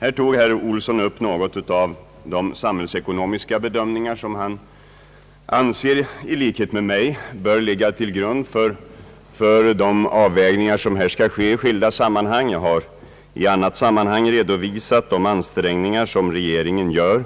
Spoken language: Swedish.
Herr Johan Olsson tog upp några av de samhällsekonomiska bedömningar som han i likhet med mig anser bör ligga till grund för de avvägningar som här skall ske i skilda avseenden. Jag har i annat sammanhang redovisat de ansträngningar som regeringen gör